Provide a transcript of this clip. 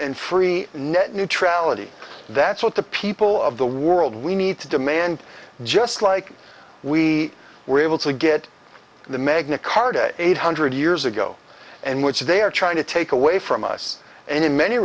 and free net neutrality that's what the people of the world we need to demand just like we were able to get the magna carta eight hundred years ago and which they are trying to take away from us and in many